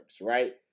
Right